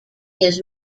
his